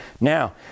Now